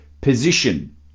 position